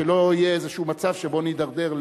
שלא יהיה איזה מצב שבו נידרדר,